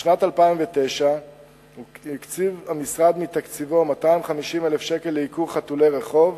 בשנת 2009 הקציב המשרד מתקציבו 250,000 שקל לעיקור חתולי רחוב,